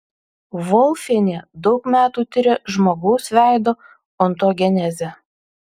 volfienė daug metų tiria žmogaus veido ontogenezę